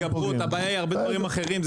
הבעיה היא הרבה דברים אחרים.